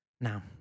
now